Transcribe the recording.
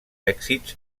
èxits